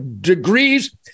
degrees